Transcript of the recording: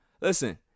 Listen